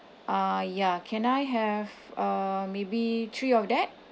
uh ya can I have uh maybe three of that